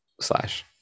slash